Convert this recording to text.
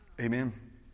amen